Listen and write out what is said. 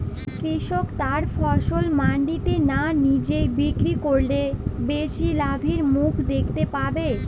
কৃষক তার ফসল মান্ডিতে না নিজে বিক্রি করলে বেশি লাভের মুখ দেখতে পাবে?